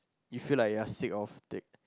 you feel like you are sick of take